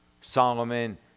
Solomon